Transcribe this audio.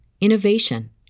innovation